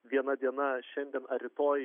viena diena šiandien ar rytoj